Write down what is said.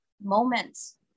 moments